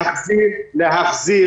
להחזיר,